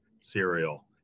cereal